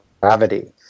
gravity